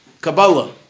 Kabbalah